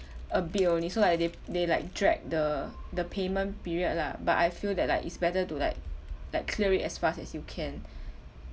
a bit only so like they they like drag the the payment period lah but I feel that like is better to like like clear it as fast as you can